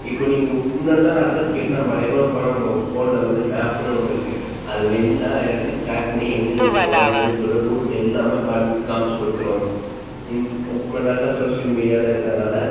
இப்போ நீங்கள் முன்னெல்லாம் அட்ரஸ் கேட்டு நம்ம அலைவோம் இப்பெல்லாம் நம்ம ஃபோனில் வந்து மேப்புன்னு ஒன்று இருக்குது அது வெளில எடுத்து ட்ராக் பண்ணி எங்கெங்கே போகலாம் எப்படின்னு சொல்லிட்டு ரூட் எல்லாமே காண் காமித்து கொடுத்துரும் இன் இப்ம நல்ல சோஷியல் மீடியாவில் இருக்கிறதுனால